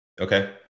okay